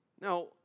Now